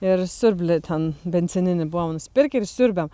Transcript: ir siurblį ten benzininį buvom nusipirkę ir siurbiam